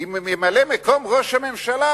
עם ממלא-מקום ראש הממשלה